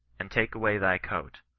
and take away thy coat,